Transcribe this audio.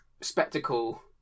spectacle